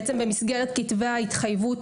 במסגרת כתבי ההתחייבות,